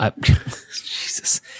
Jesus